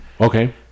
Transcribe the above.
Okay